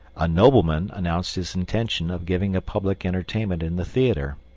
a nobleman announced his intention of giving a public entertainment in the theatre,